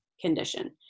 condition